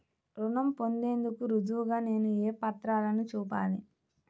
రుణం పొందేందుకు రుజువుగా నేను ఏ పత్రాలను చూపాలి?